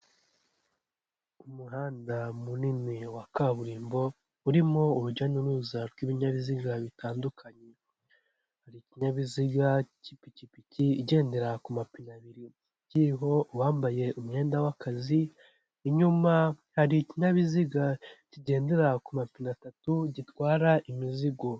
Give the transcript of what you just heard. Umuhanda munini wa kaburimbo urimo urujya n'uruza rw'ibinyabiziga bitandukanye, hari ikinyabiziga cy'ipikipiki igendera ku mapine abiri kiriho uwambaye umwenda w'akazi, inyuma hari ikinyabiziga kigendera ku mapine atatu gitwara imizigo.